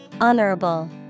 Honorable